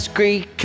Greek